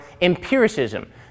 empiricism